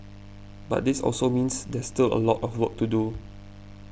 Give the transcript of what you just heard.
but this also means there's still a lot of work to do